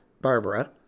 barbara